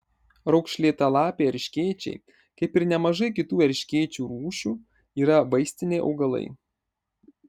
raukšlėtalapiai erškėčiai kaip ir nemažai kitų erškėčių rūšių yra vaistiniai augalai